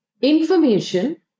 Information